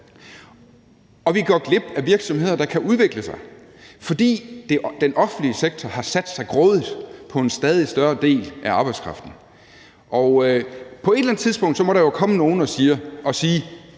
og vi går glip af virksomheder, der kan udvikle sig, fordi den offentlige sektor har sat sig grådigt på en stadig større del af arbejdskraften. På et eller andet tidspunkt må der jo komme nogen og sige,